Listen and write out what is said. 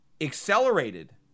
accelerated